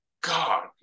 god